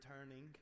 returning